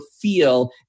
feel